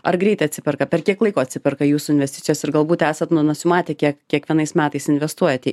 ar greit atsiperka per kiek laiko atsiperka jūsų investicijos ir galbūt esat nu nusimatę kiek kiekvienais metais investuojate